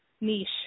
niche